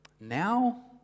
now